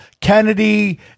Kennedy